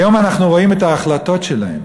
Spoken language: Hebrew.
היום אנחנו רואים את ההחלטות שלהם,